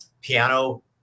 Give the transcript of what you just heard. piano